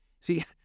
See